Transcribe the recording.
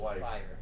fire